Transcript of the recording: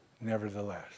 nevertheless